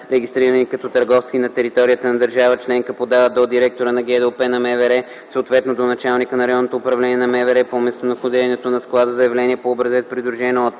регистрирани като търговци на територията на държава членка, подават до директора на ГДОП на МВР, съответно до началника на РУ на МВР по местонахождението на склада, заявление по образец, придружено от: